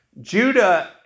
Judah